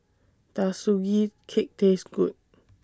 Does Sugee Cake Taste Good